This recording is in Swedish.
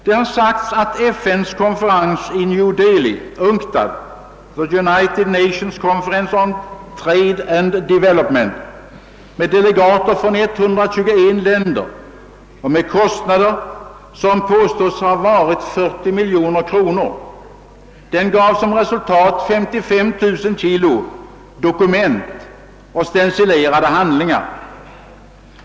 Det har sagts att FN:s konferens i New Delhi, UNCTAD — The United Nations Conference on Trade and Development — med delegater från 121 länder och med kostnader som påstås ha varit 40 miljoner kronor, gav som resultat 55 000 kg dokument och stencilerade handlingar.